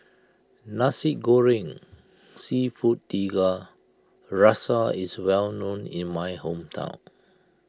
Nasi Goreng Seafood Tiga Rasa is well known in my hometown